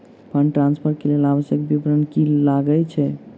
Fund transfer केँ लेल आवश्यक विवरण की की लागै छै?